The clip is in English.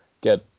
get